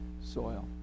soil